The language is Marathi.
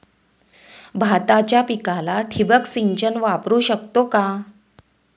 भाताच्या पिकाला ठिबक सिंचन वापरू शकतो का?